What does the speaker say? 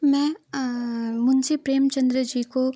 मैं मुंशी प्रेमचन्द्र जी को